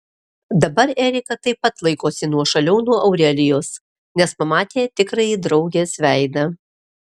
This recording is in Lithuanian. dabar erika taip pat laikosi nuošaliau nuo aurelijos nes pamatė tikrąjį draugės veidą